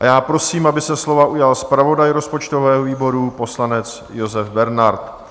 A já prosím, aby se slova ujal zpravodaj rozpočtového výboru, poslanec Josef Bernard.